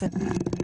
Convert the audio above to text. בסדר.